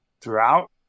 throughout